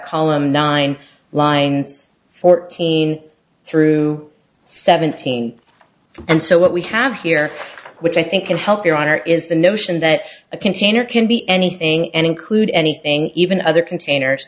column nine lines fourteen through seventeen and so what we have here which i think can help your honor is the notion that a container can be anything and include anything even other containers